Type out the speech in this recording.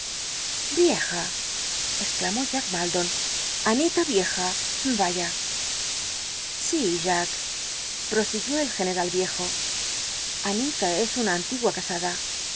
vieja exclamó je baldo anita vieja vaya si jack prosiguió el general viejo anita es una antigua casada